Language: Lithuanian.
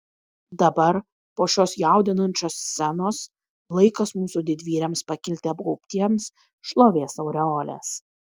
dabar po šios jaudinančios scenos laikas mūsų didvyriams pakilti apgaubtiems šlovės aureolės